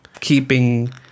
keeping